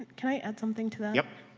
can i add something to that? yup.